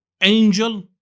angel